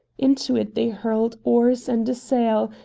into it they hurled oars and a sail,